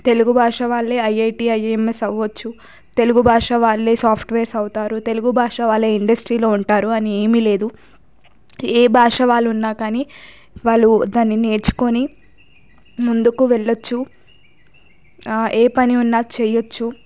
తెలుగు భాష వాళ్ళే IIT IMS అవ్వచ్చు తెలుగు భాష వాళ్ళే సాఫ్ట్వేర్స్ అవుతారు తెలుగు భాష వాళ్ళే ఇండస్ట్రీలో ఉంటారు అని ఏమీ లేదు ఏ భాష వాళ్ళు ఉన్నా కానీ వాళ్ళు దాన్ని నేర్చుకొని ముందుకు వెళ్ళొచ్చు ఏ పని ఉన్న చేయవచ్చు